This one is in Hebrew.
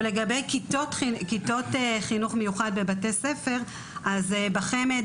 לגבי כיתות חינוך מיוחד בבתי ספר אז בחמ"ד